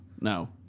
No